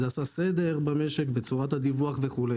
זה עשה סדר במשק בצורת הדיווח וכו'.